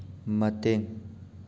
ꯃꯇꯦꯡ